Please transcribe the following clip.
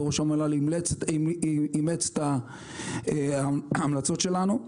וראש המל"ל אימץ את ההמלצות שלנו,